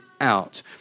out